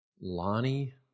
Lonnie